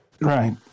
Right